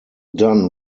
done